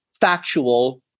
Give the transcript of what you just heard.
factual